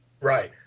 Right